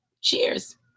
cheers